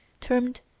termed